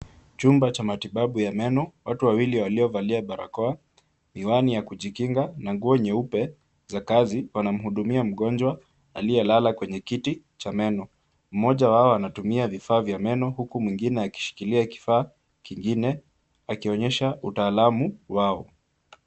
Chumba cha matibabu ya meno. Watu wawili waliovalia barakoa, miwani ya kujikinga na nguo nyeupe za kazi, wanamhudumia mgonjwa aliyelala kwenye kiti cha meno. Mmoja wao anatumia vifaa vya meno huku mwingine akishikilia kifaa kingine akionyesha utaalamu wao.